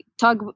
talk